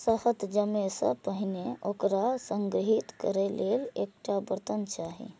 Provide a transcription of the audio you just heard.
शहद जमै सं पहिने ओकरा संग्रहीत करै लेल एकटा बर्तन चाही